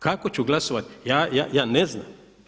Kako ću glasovati ja ne znam.